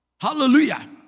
Hallelujah